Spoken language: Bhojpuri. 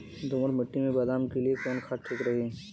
दोमट मिट्टी मे बादाम के लिए कवन खाद ठीक रही?